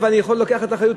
אבל אני יכול לקחת אחריות,